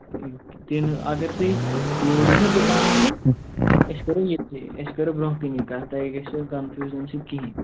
کِنہٕ اگر تُہۍ یوٗرۍ یِیِو نا دُکانَس پٮ۪ٹھ أسۍ کَرو ییٚتہِ تہِ أسۍ کَرو برٛونٛہہ کٔنی کَتھ تۄہہِ گژھوٕ کَنفیوٗجن اَمہِ سۭتۍ کِہیٖنٛۍ